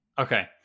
Okay